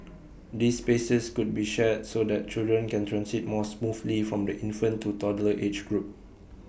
these spaces could be shared so that children can transit more smoothly from the infant to toddler age group